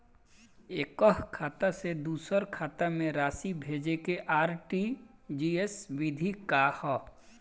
एकह खाता से दूसर खाता में राशि भेजेके आर.टी.जी.एस विधि का ह?